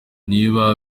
niba